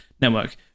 network